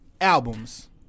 albums